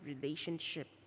relationship